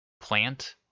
plant